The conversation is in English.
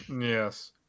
yes